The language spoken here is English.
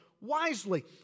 wisely